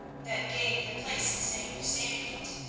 that gave the place its name of stangate.